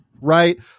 right